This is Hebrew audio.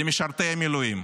למשרתי המילואים.